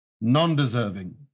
non-deserving